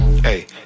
Hey